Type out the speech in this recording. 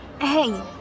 Hey